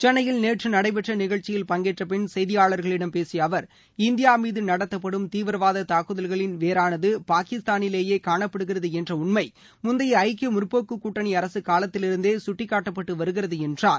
சென்னையில் நேற்று நடைபெற்ற நிகழ்ச்சியில் பங்கேற்றபின் செய்தியாளர்களிடம் பேசிய அவர் இந்தியா மீது நடத்தப்படும் தீவிரவாத தூக்குதல்களின் வேரானது பாகிஸ்தாளிலேயே ஊணப்படுகிறது என்ற உண்மை முந்தைய ஐக்கிய முற்போக்கு கூட்டணி அரசு காலத்திலிருந்தே குட்டிக்காட்டப்பட்டு வருகிறது என்றார்